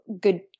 good